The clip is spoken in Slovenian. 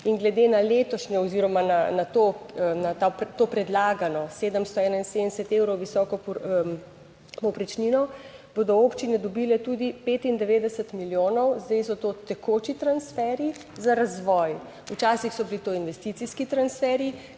In glede na letošnjo oziroma na to predlagano 771 evrov visoko povprečnino bodo občine dobile tudi 95 milijonov. Zdaj so to tekoči transferji za razvoj, včasih so bili to investicijski transferji,